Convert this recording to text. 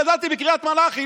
גדלתי בקרית מלאכי,